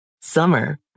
Summer